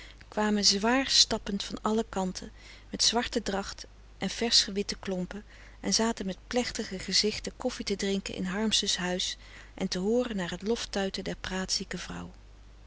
kwamen zwaar stappend van alle kanten met zwarte dracht en versch gewitte klompen frederik van eeden van de koele meren des doods en zaten met plechtige gezichten koffie te drinken in harmsen's huis en te hooren naar t loftuiten der praatzieke vrouw